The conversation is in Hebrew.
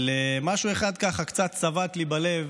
אבל משהו אחד קצת צבט לי בלב